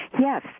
Yes